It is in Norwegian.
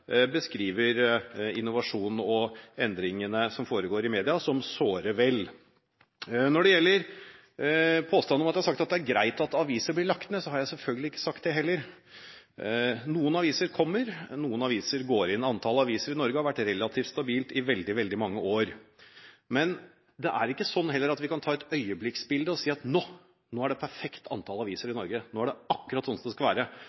beskriver innovasjonen og endringene som foregår i mediene, som såre vel. Når det gjelder påstanden om at jeg har sagt at det greit at aviser blir lagt ned, har jeg selvfølgelig ikke sagt det heller. Noen aviser kommer, og noen aviser går inn. Antallet aviser i Norge har vært relativt stabilt i veldig mange år. Men vi kan ikke ta et øyeblikksbilde og si: Nå er det et perfekt antall aviser i Norge. Nå er det akkurat sånn det skal være.